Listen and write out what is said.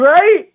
right